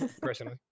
personally